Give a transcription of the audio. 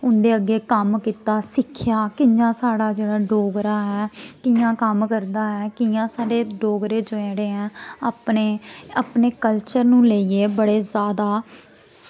उंदे अग्गें कम्म कीता सिक्खेआ कि'यां साढ़ा जेह्ड़ा डोगरा ऐ कि'यां कम्म करदा ऐ कि'यां साढ़े डोगरे जेह्ड़े ऐं अपने अपने कलचर नू लेइयै बड़े जैदा